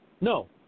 No